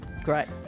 great